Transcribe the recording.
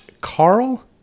Carl